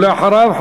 ואחריו,